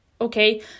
Okay